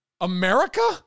America